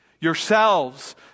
yourselves